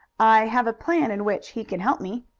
i have a plan in which he can help me.